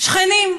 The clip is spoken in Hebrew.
שכנים.